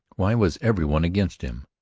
why was every one against him?